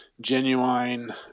genuine